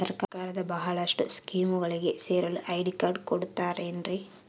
ಸರ್ಕಾರದ ಬಹಳಷ್ಟು ಸ್ಕೇಮುಗಳಿಗೆ ಸೇರಲು ಐ.ಡಿ ಕಾರ್ಡ್ ಕೊಡುತ್ತಾರೇನ್ರಿ?